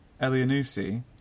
Elianusi